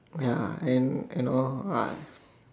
ya and and all uh